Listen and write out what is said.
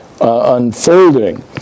unfolding